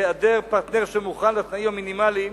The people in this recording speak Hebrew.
בהיעדר פרטנר שמוכן לתנאים המינימליים,